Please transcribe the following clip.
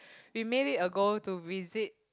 we made it a goal to visit